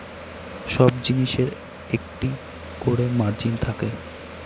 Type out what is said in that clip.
সব জিনিসের একটা করে মার্জিন থাকে